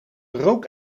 rook